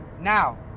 Now